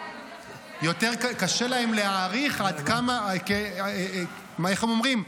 --- קשה להם להעריך, איך הם אומרים?